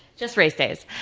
just race days,